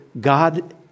God